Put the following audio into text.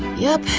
yup,